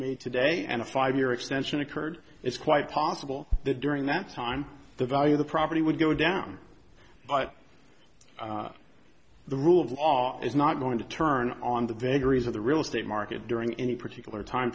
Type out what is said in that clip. made today and a five year extension occurred it's quite possible that during that time the value of the property would go down but the rule of law is not going to turn on the vagaries of the real estate market during any particular time